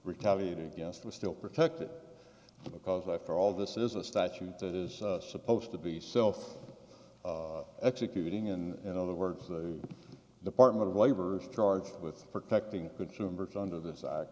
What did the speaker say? retaliated against was still protected because after all this is a statute that is supposed to be self executing and in other words the department of labor's charged with protecting consumers under this act